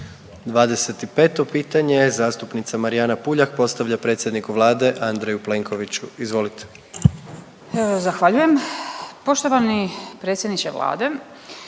25 pitanje zastupnica Marijana Puljak postavlja predsjedniku Vlade Andreju Plenkoviću. Izvolite. **Puljak, Marijana